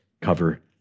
cover